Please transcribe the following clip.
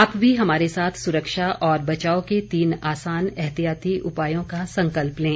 आप भी हमारे साथ सुरक्षा और बचाव के तीन आसान एहतियाती उपायों का संकल्प लें